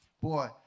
Boy